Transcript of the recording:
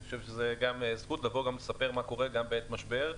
אני חושב שזאת זכות לבוא לספר מה קורה בעת משבר.